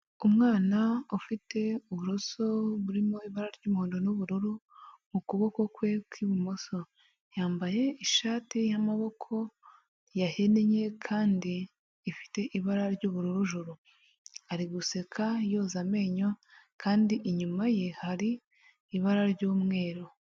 Umwana ufite uburoso burimo ibara ry'umuhondo n'ubururu mu kuboko kwe kw'ibumoso, yambaye ishati y'amaboko yahinnye kandi ifite ibara ry'ubururu hejuru, ari guseka yoza amenyo kandi inyuma ye hari ibara ry'umweru.